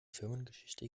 firmengeschichte